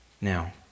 Now